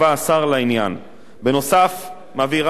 נוסף על כך מובהר בהצעת החוק